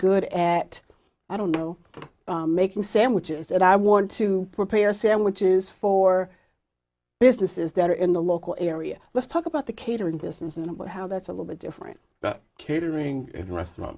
good at i don't know making sandwiches and i want to prepare sandwiches for businesses that are in the local area let's talk about the catering business and how that's a little bit different but catering the restaurant